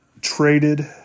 traded